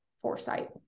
foresight